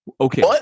Okay